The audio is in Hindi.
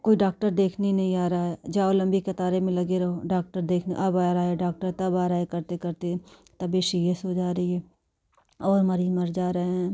कोई डाक्टर देखने नहीं आ रहा है जाओ लंबी कतारे में लगे रहो डाक्टर देखने अब आ रहा है डॉक्टर तब आ रहा है करते करते तबीयत सीरियस हो जा रही है और मरीज़ मर जा रहे हैं